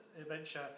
adventure